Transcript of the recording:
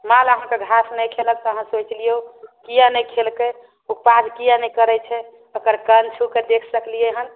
माल अहाँके घास नहि खेलक तऽ अहाँ सोचि लिऔ किएक नहि खेलकै ओ पाज किएक नहि करैत छै ओकर कान छू कऽ देख सकलियै हन